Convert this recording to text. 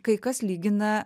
kai kas lygina